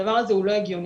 הדבר הזה הוא לא הגיוני.